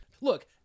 Look